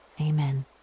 amen